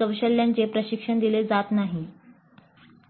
कौशल्यांचे प्रशिक्षण दिले जात नाहीत